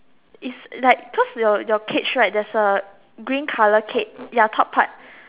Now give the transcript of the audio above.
is like cause your your cage right there's a green colour cage ya top part